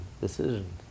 decisions